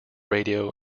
radio